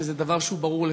שזה דבר שהוא ברור לכולם,